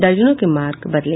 दर्जनों के मार्ग बदले